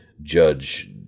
Judge